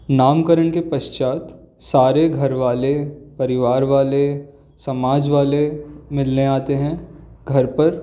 नामकरण के पश्चात सारे घरवाले परिवार वाले समाज वाले मिलने आते हैं घर पर